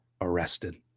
arrested